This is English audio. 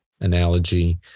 analogy